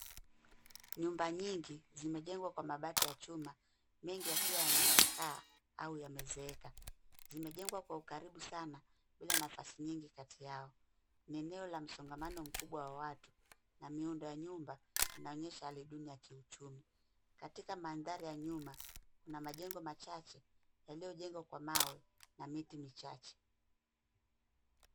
Nyumba nyingi zimejengwa kwa mabati ya chuma mengi yakiwa yamechakaa au yamezeeka. Zimejengwa kwa ukaribu sana bila nafasi nyingi kati yao. Ni eneo la msongamano mkubwa wa watu na miundo ya nyumba inaonyesha hali duni ya kiuchumi. Katika mandhari ya nyuma kuna majengo machache yaliyojengwa kwa mawe na miti michache.